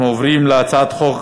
אנחנו עוברים להצעת חוק